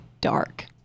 dark